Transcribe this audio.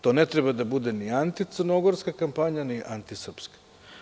To ne treba da bude ni anticrnogorska kampanja, ni antisrpska.